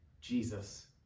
Jesus